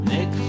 Nick